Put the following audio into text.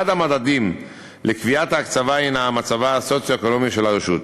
אחד המדדים לקביעת ההקצבה הנו מצבה הסוציו-אקונומי של הרשות.